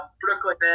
Brooklyn